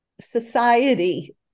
society